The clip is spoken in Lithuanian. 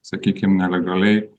sakykim nelegaliai